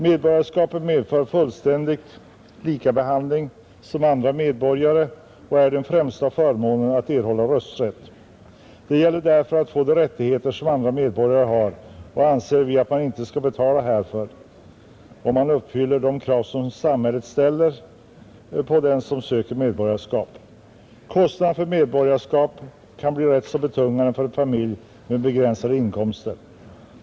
Medborgarskapet medför fullständig likabehandling med andra medborgare, och den främsta förmånen är rösträtt. Det gäller därför att få också de rättigheter som andra medborgare har, och vi anser att man inte skall betala härför, om man uppfyller de krav som samhället ställer på dem som söker medborgarskap. Kostnaderna för medborgarskap kan bli rätt så betungande för en familj med begränsade inkomster.